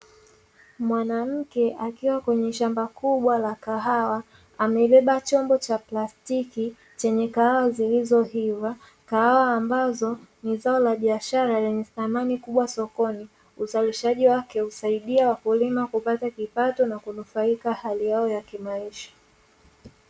Mwanamke akiwa kwenye shamba kubwa la kahawa amebeba chombo cha plastiki chenye kahawa zilizoiva, kahawa ambazo ni zao la biashara lenye thamani kubwa sokoni. Uzalishaji wake husaidia wakulima kupata kipato na kunufaika hali yao ya kimaisha.